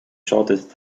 shortest